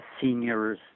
seniors